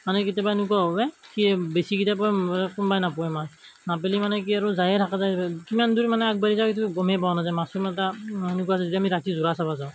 মানে কেতিয়াবা এনেকুৱা হয় কি এই বেছি গিটা পোৱা কোনোবাই নাপায় মাছ নাপালে মানে কি আৰু যায়ে থকা যায় কিমান দূৰ মানে আগবাঢ়ি যায় সেইটো গ'মেই পোৱা নাযায় এনেকুৱা যে আমি ৰাতি জোৰ চাব যাওঁ